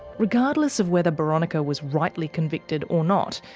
regardless of whether boronika was rightly convicted or not,